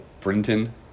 Brinton